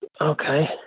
Okay